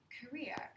career